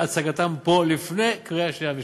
והצגתם פה לפני קריאה שנייה ושלישית.